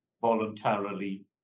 voluntarily